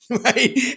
Right